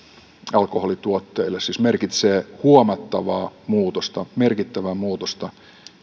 alkoholituotteille ja merkitsee siis huomattavaa merkittävää muutosta